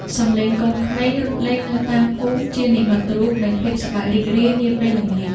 សំឡេងកូនក្មេងរត់លេងនៅតាមភូមិជានិមិត្តរូបនៃភាពសប្បាយរីករាយនាពេលល្ងាច។